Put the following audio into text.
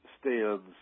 stands